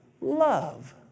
love